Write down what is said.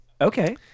okay